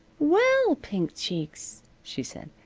well, pink cheeks, she said,